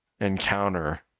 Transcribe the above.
encounter